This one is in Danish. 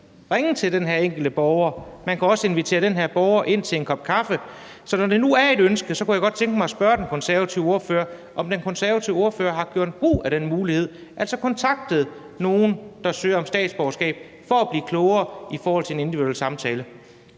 ringe til den relevante borger. Man kan også invitere den her borger ind til en kop kaffe. Så når det nu er et ønske, kunne jeg godt tænke mig at spørge den konservative ordfører, set i forhold til det med den individuelle samtale, om den konservative ordfører har gjort brug af den mulighed, altså har kontaktet nogen, der søger om statsborgerskab, for at blive klogere. Kl. 11:20 Formanden (Søren